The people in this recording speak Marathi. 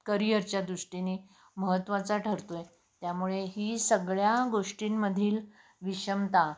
करिअरच्या दृष्टीने महत्त्वाचा ठरतो आहे त्यामुळे ही सगळ्या गोष्टींमधील विषमता